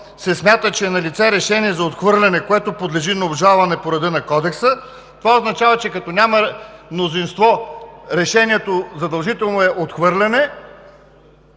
се смята, че е налице решение за отхвърляне, което подлежи на обжалване по реда на Кодекса – това означава, че когато няма мнозинство, решението задължително е „отхвърляне“